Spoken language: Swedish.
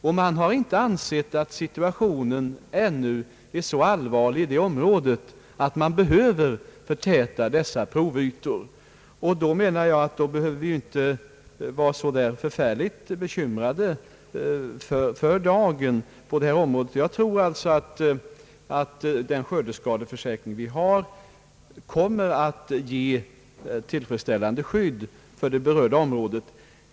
Situationen har ännu inte bedömts så allvarlig i det aktuella området att man behöver förtäta provytorna där. Därför finns det enligt min mening inte anledning att för dagen vara så bekymrad. Jag tror att den skördeskadeförsäkring vi har ger ett tillfredsställande skydd för det berörda området.